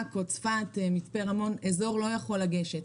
עכו, צפת, מצפה רמון אזור לא יכול לגשת.